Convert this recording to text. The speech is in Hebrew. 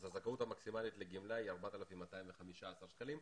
אז הזכאות המקסימלית לגמלה היא 4,215 שקלים.